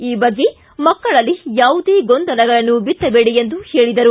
ಈ ಬಗ್ಗೆ ಮಕ್ಕಳಲ್ಲಿ ಯಾವುದೇ ಗೊಂದಲಗಳನ್ನು ಬಿತ್ತಬೇಡಿ ಎಂದು ಹೇಳಿದರು